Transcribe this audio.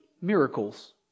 miracles